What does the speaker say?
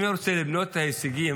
אם אני רוצה למנות את ההישגים,